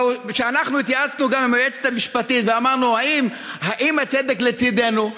וכשאנחנו התייעצנו עם היועצת המשפטית ושאלנו אם הצדק לצדנו,